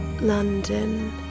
London